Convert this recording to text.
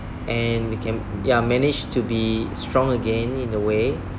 and became ya managed to be strong again in a way